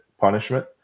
punishment